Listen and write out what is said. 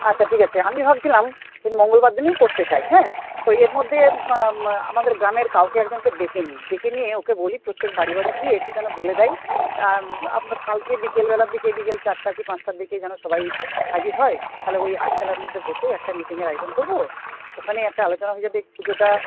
আচ্ছা ঠিক আছে আমি ভাবছিলাম এই মঙ্গলবার দিনই করতে চাই হ্যাঁ ওই এর মধ্যে আমাদের গ্রামের কাউকে একজনকে ডেকে নিই ডেকে নিয়ে ওকে বলি প্রত্যেক বাড়ি বাড়ি গিয়ে একটু যেন বলে দেয় আমরা কালকে বিকেলবেলার দিকে বিকেল চারটা কি পাঁচটার দিকে যেন সবাই হাজির হয় তাহলে ওই আটচালার মধ্যে বসে একটা মিটিংয়ের আয়োজন করবো ওখানেই একটা আলোচনা হয়ে যাবে পুজোটা